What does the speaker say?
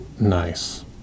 nice